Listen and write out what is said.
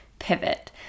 Pivot